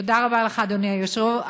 תודה רבה לך, אדוני היושב-ראש.